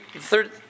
third